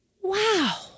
Wow